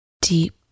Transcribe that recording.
deep